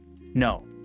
no